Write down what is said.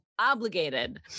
Obligated